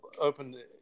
open